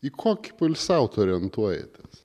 į kokį poilsiautoją orientuojatės